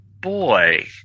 boy